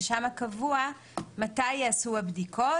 ששם קבוע מתי ייעשו הבדיקות,